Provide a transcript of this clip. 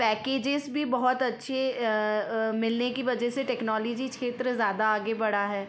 packages भी बहुत अच्छे मिलने की वजह से टेक्नोलजी क्षेत्र ज़्यादा आगे बढ़ा है